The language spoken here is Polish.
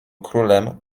królem